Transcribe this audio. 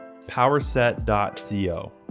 powerset.co